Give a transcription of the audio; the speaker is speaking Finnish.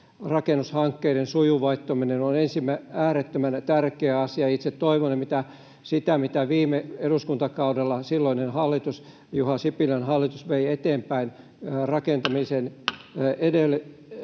rakennushankkeiden sujuvoittaminen on äärettömän tärkeä asia. Itse toivon sitä, mitä viime eduskuntakaudella silloinen hallitus, Juha Sipilän hallitus, vei eteenpäin: